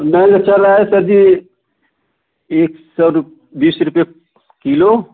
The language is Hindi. नैन है सर सर जी एक सौ रूप बीस रुपये किलो